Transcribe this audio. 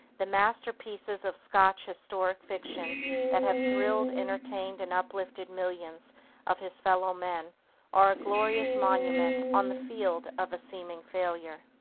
the masterpieces of scotch historic fiction that have thrilled, entertained and uplifted millions of his fellow-men are a glorious monument on the field of a seeming failure.